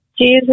Jesus